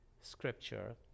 scripture